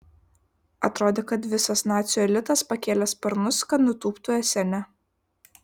atrodė kad visas nacių elitas pakėlė sparnus kad nutūptų esene